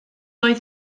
oedd